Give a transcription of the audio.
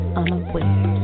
unaware